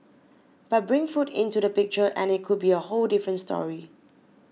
but bring food into the picture and it could be a whole different story